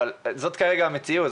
אבל זו כרגע המציאות.